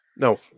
No